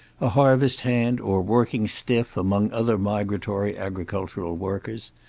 a harvest hand or working stiff among other migratory agricultural workers.